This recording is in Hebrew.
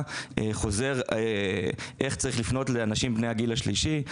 חוזר על איך לפנות לאנשים מהגיל השלישי,